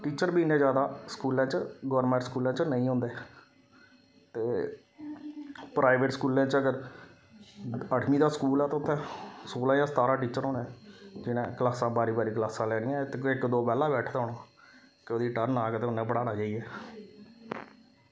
teacher बी इन्ने जैदा स्कूलै च गौरमेंट स्कूलें च नेईं होंदे ते प्राईवेट स्कूलें च अगर अठमीं दा स्कूल ऐ ते उत्थै सोलां जां सतारां टीचर होने जिनें क्लासां बारी बारी क्लासां लैनियां ते इक दो बेह्ला बैठे दा होना तां ते ओह्दी टर्न आह्ग ते उन्नै पढ़ाना जाइयै